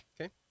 Okay